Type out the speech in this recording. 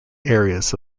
areas